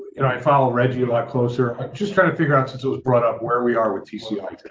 and i follow reggie a lot closer, just trying to figure out since it was brought up where we are with tci